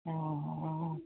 অঁ